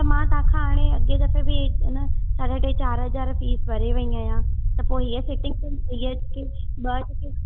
त मां तांखा हाणे अॻे दफ़े बि हिन छा कनि ट्रे चारि हज़ार फीस भरे वई आयां त पो हीअ सिटिंग हीअ ॿ